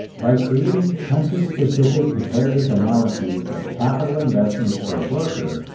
by creating country specific comparative analyses of capital investments per worker,